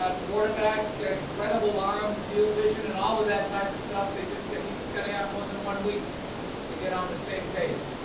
ah quarterback. he's got an incredible arm, field, vision, and all of that type of stuff. they just get, you just got to have more than one week to get on the same page.